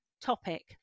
topic